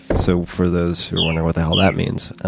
so, for those who are wondering what the hell that means,